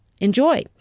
Enjoy